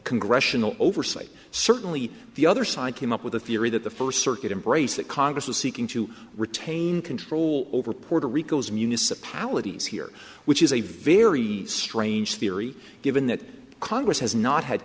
congressional oversight certainly the other side came up with a theory that the first circuit embrace that congress was seeking to retain control over puerto rico's municipalities here which is a very strange theory given that congress has not had